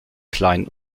klein